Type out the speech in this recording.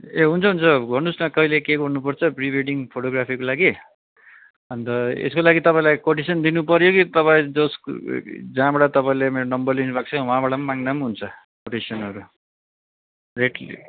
ए हुन्छ हुन्छ भन्नुहोस् न कहिले के गर्नुपर्छ प्रिवेडिङ फोटोग्राफीको लागि अन्त यसको लागि तपाईँलाई कोटेसन दिनुपऱ्यो कि तपाईँ जस जहाँबाट तपाईँले मेरो नम्बर लिनुभएको छ वहाँबाट पनि माग्दा पनि हुन्छ कोटेसनहरू रेट लिई